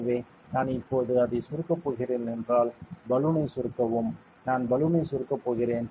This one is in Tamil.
எனவே நான் இப்போது அதை சுருக்கப் போகிறேன் என்றால் பலூனை சுருக்கவும் நான் பலூனை சுருக்கப் போகிறேன்